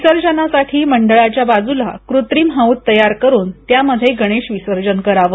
विसर्जनासाठी मंडळाच्या बाजूला कृत्रिम हौद तयार करून त्यामध्ये गणेश विसर्जन करावं